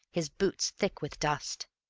his boots thick with dust.